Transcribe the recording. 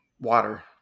water